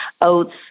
oats